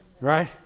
Right